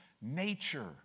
nature